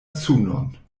sunon